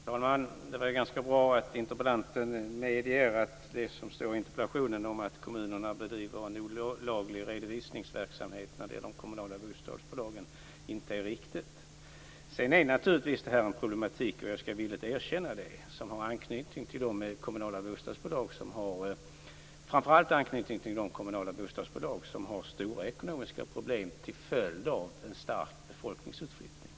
Fru talman! Det var ganska bra att interpellanten medgav att det som står i interpellationen om att kommunerna bedriver en olaglig redovisningsverksamhet när det gäller de kommunala bostadsbolagen inte är riktigt. Jag skall ändå villigt erkänna att det här är en problematik, som framför allt har anknytning till de kommunala bostadsbolag som har stora ekonomiska problem till följd av en stark befolkningsutflyttning.